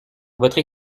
votre